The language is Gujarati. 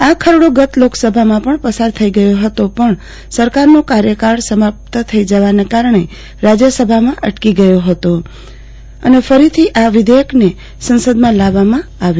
આ ખરડો ગત લોકસભામાં પણ પસાર થઈ ગયો હતો પણ સરકારનો કાર્યકાળ સમાપ્ત થઈ જવાનાં કારણે રાજ્યસભામાં અટકી ગયો હતો એટલે ફરીથી આ વિધેયકને સંસદમાં લાવવામાં આવ્યો